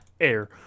air